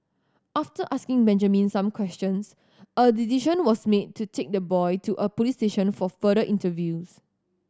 after asking Benjamin some questions a decision was made to take the boy to a police station for further interviews